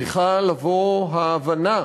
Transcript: צריכה לבוא ההבנה